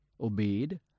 obeyed